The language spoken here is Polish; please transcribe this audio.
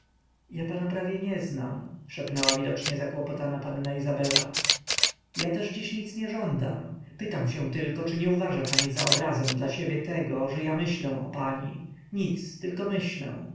ja pana prawie nie znam szepnęła widocznie zakłopotana panna izabela ja też dziś nic nie żądam pytam się tylko czy nie uważa pani za obrazę dla siebie tego że ja myślę o pani nic tylko myślę